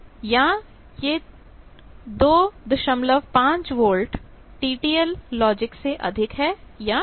या यह 25 volt TTL logic से अधिक है या नहीं